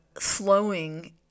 flowing